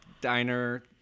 diner